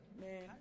man